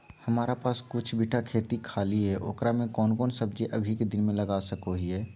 हमारा पास कुछ बिठा खेत खाली है ओकरा में कौन कौन सब्जी अभी के दिन में लगा सको हियय?